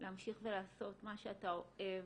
להמשיך ולעשות מה שאתה אוהב,